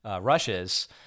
rushes